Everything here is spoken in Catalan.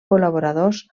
col·laboradors